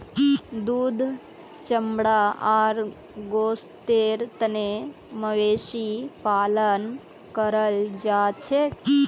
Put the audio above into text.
दूध चमड़ा आर गोस्तेर तने मवेशी पालन कराल जाछेक